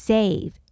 Save